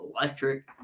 electric